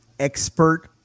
Expert